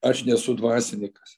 aš nesu dvasininkas